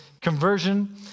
conversion